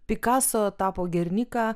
pikaso tapo gerniką